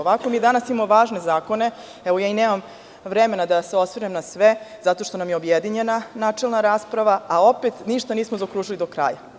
Ovako mi danas imamo važne zakone, nemam vremena da se osvrnem na sve, zato što nam je objedinjena načelna rasprava, a opet ništa nismo zaokružili do kraja.